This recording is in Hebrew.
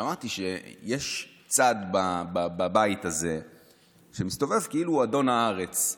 אמרתי שיש צד בבית הזה שמסתובב כאילו הוא אדון הארץ.